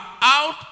out